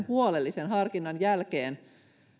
huolellisen harkinnan jälkeen päätynyt lopputulokseen